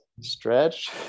stretch